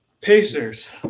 Pacers